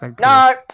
no